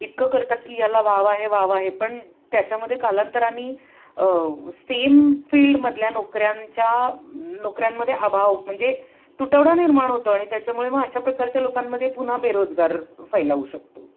इतकं करतात की याला वाव आहे वाव आहे पण त्याच्यामध्ये कालांतराने सेम फील्डमधल्या नोकऱ्यांच्या नोकऱ्यांमध्ये अभाव म्हणजे तुटवडा निर्माण होतं आणि त्याच्यामुळे मग अशा प्रकारच्या लोकांमध्ये पुन्हा बेरोजगार फैलावू शकतो